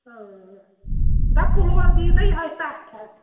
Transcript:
اۭں دَپ کُلُوَس دِیِو تُہۍ یِہوٚے سَتھ ہَتھ